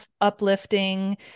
uplifting